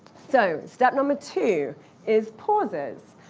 so step number two is pauses.